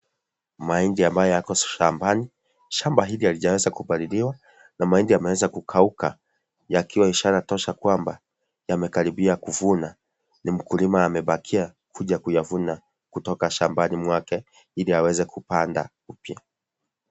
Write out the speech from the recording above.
Mahindi ambayo yako shambani, shamba hili halijaanza kupaliliwa na mahindi yameanza kukauka yakiwa ishara tosha kwamba yamekaribia kuvuna ni mkulima amebakia kuja kuyavuna kutoka shambani mwake, ili aweze kupanda upya.